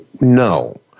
No